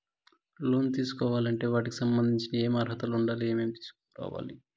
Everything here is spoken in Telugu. లోను తీసుకోవాలి అంటే వాటికి సంబంధించి ఏమి అర్హత ఉండాలి, ఏమేమి తీసుకురావాలి